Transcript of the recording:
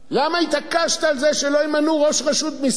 למה התעקשת על זה שלא ימנו ראש רשות מסים,